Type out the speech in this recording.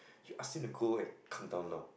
you ask him to go and come down now